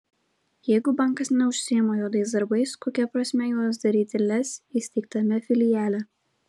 jeigu bankas neužsiima juodais darbais kokia prasmė juos daryti lez įsteigtame filiale